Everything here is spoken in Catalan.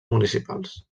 municipals